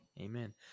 Amen